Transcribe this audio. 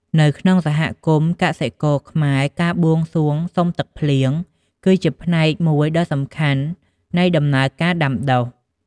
នៅក្នុងសហគមន៍កសិករខ្មែរ ការបួងសួងសុំទឹកភ្លៀង គឺជាផ្នែកមួយដ៏សំខាន់នៃដំណើរការដាំដុះ។